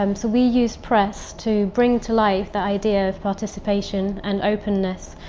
um so we used press to bring to life that idea of participation and openness.